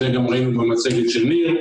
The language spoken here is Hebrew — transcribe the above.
את זה גם ראינו במצגת של ניר.